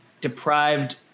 deprived